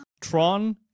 Tron